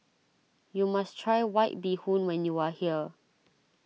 you must try White Bee Hoon when you are here